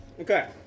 Okay